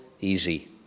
easy